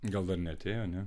gal dar neatėjo ne